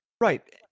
Right